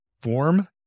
form